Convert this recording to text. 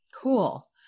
Cool